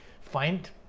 find